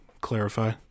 clarify